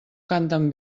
canten